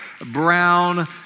brown